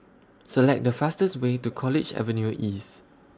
Select The fastest Way to College Avenue East